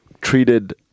treated